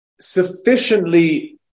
sufficiently